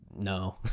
no